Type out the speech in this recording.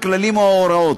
הכללים או ההוראות.